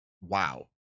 wow